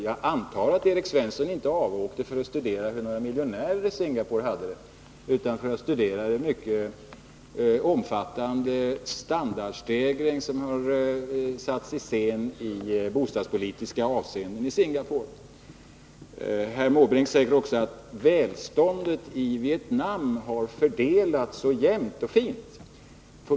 Jag antar att han inte reste dit för att studera hur miljonärerna bodde, utan för att studera den mycket omfattande standardstegring som hade iscensatts i bostadspolitiskt avseende. Herr Måbrink sade också att välståndet i Vietnam hade fördelats så jämnt och fint.